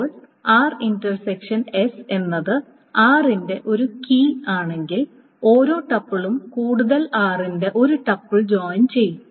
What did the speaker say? ഇപ്പോൾ എന്നത് r ന്റെ ഒരു കീ ആണെങ്കിൽ ഓരോ ടപ്പിളും കൂടുതലും r ന്റെ ഒരു ടപ്പിളിൽ ജോയിൻ ചെയ്യും